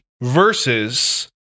versus